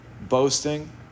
boasting